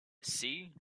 see